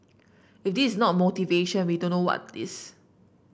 if this is not motivation we don't know what is